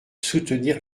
soutenir